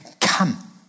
Come